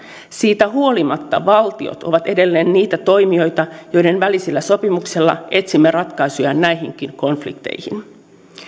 siitä huolimatta valtiot ovat edelleen niitä toimijoita joiden välisillä sopimuksilla etsimme ratkaisuja näihinkin konflikteihin